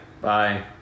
Bye